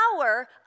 power